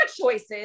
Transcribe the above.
choices